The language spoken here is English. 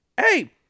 Hey